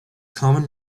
common